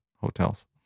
hotels